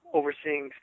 overseeing